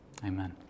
amen